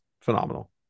phenomenal